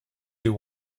you